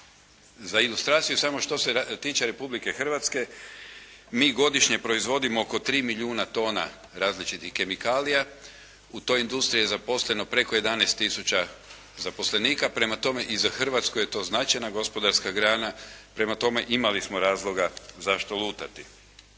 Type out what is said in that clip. Za ilustraciju samo što se tiče Republike Hrvatske, mi godišnje proizvodimo oko 3 milijuna tona različitih kemikalija. U toj industriji je zaposleno preko 11 tisuća zaposlenika, prema tome i za Hrvatsku je to značajna gospodarska grana, prema tome imali smo razloga zašto lutati.